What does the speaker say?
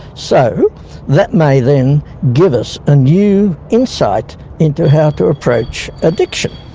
so that may then give us a new insight into how to approach addiction.